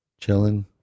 chilling